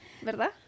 ¿verdad